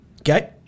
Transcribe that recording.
Okay